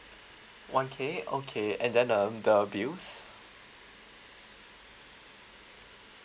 one K okay and then um the bills